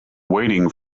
waiting